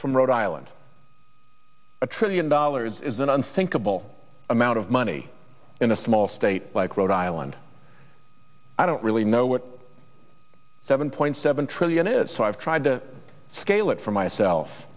from rhode island a trillion dollars is an unthinkable amount of money in a small state like rhode island i don't really know what seven point seven trillion is so i've tried to scale it for myself